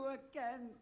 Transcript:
again